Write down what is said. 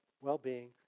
well-being